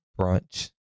brunch